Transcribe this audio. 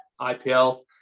IPL